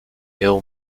ill